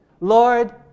Lord